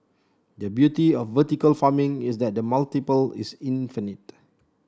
the beauty of vertical farming is that the multiple is infinite